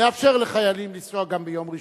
נאפשר לחיילים לנסוע גם ביום ראשון,